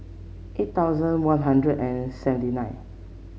eight thousand One Hundred and seventy nine